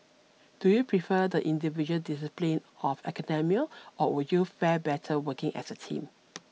do you prefer the individual discipline of academia or would you fare better working as a team